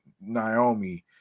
Naomi